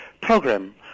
program